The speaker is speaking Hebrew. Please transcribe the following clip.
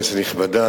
כנסת נכבדה,